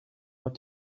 what